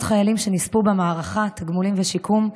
חיילים שנספו במערכה (תגמולים ושיקום)